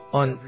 on